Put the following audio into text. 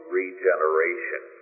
regeneration